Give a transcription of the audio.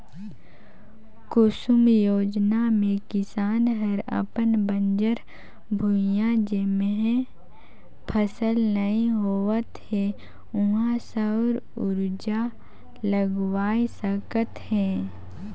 कुसुम योजना मे किसान हर अपन बंजर भुइयां जेम्हे फसल नइ होवत हे उहां सउर उरजा लगवाये सकत हे